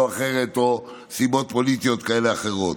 או אחרת או סיבות פוליטיות כאלה ואחרות.